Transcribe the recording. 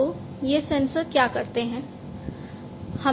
तो ये सेंसर क्या करते हैं